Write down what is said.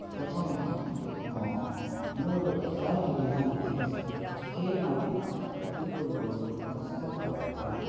প্ৰথমতে মই মোৰ প্ৰায় দুবিঘা মাটি আছে সেই মাটি খেতি কৰিবলৈ পঞ্চায়তৰ পৰা